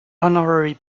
honorary